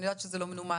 אני יודעת שזה לא מנומס.